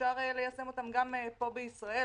שאפשר ליישם אותן גם פה בישראל,